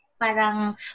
parang